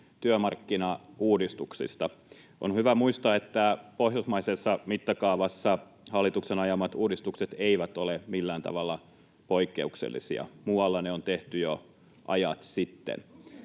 työmarkkinauudistuksista. On hyvä muistaa, että pohjoismaisessa mittakaavassa hallituksen ajamat uudistukset eivät ole millään tavalla poikkeuksellisia. Muualla ne on tehty jo ajat sitten.